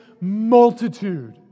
multitude